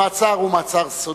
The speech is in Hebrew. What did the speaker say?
המעצר הוא מעצר סודי,